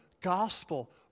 gospel